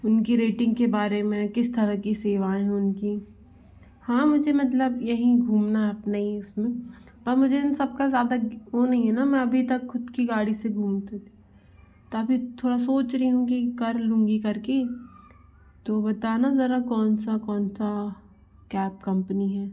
उनकी रेटिंग के बारे में किस तरह की सेवाएँ है उनकी हाँ मुझे मतलब यहीं घूमना है अपने ही इसमें हाँ मुझे इन सब का ज़्यादा वह नहीं है न मैं अभी तक ख़ुद की गाड़ी से घूमती थी तभी थोड़ा सोच रही हूँ की कर लूँगी कर के तो बताना जरा कौन सा कौन सा कैब कम्पनी है